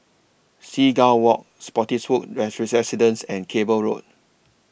Seagull Walk Spottiswoode Residences and Cable Road